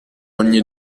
ogni